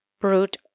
brute